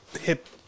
hip